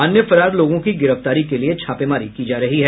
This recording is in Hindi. अन्य फरार लोगों की गिरफ्तारी के लिये छापेमारी की जा रही है